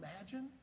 imagine